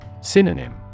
Synonym